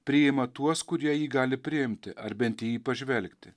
priima tuos kurie jį gali priimti ar bent į jį pažvelgti